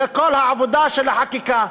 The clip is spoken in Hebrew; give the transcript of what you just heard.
זה כל העבודה של החקיקה,